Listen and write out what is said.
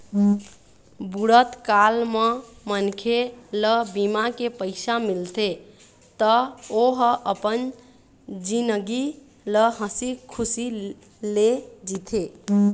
बुढ़त काल म मनखे ल बीमा के पइसा मिलथे त ओ ह अपन जिनगी ल हंसी खुसी ले जीथे